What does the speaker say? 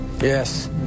Yes